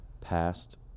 past